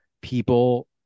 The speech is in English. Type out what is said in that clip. people